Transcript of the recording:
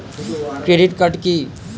Credit card কি?